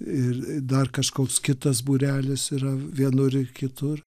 ir dar kažkoks kitas būrelis yra vienur ir kitur